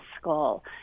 skull